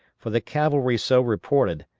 for the cavalry so reported,